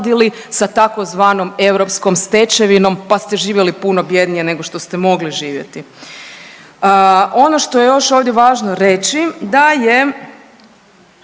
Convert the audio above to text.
sa tzv. europskom stečevinom pa ste živjeli puno bjednije nego što ste mogli živjeti. Ono što je još ovdje važno reći da je